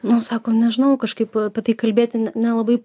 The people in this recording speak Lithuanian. nu sako nežinau kažkaip apie tai kalbėti ne nelabai